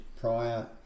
prior